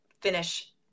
finish